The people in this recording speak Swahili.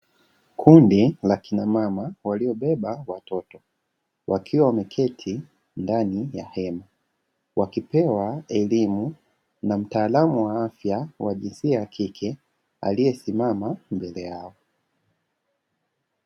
Kundi la kina mama waliobeba watoto, wakiwa wameketi ndani ya hema, wakipewa elimu na mtaalamu wa afya wa jinsia ya kike aliyesimama mbele yao.